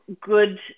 good